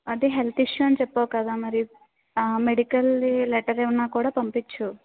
అంటే health issue అని చెప్పావు కదా మరి ఆ మెడికల్ది లెటర్ ఏమైనా కూడా పంపించు